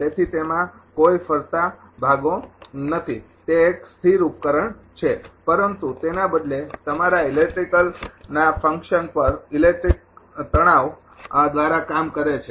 તેથી તેમાં કોઈ ફરતા ભાગો નથી તે એક સ્થિર ઉપકરણ છે પરંતુ તેના બદલે તમારા ઇલેક્ટ્રિક ના ફંકશન પર ઇલેક્ટ્રિક તણાવ દ્વારા કામ કરે છે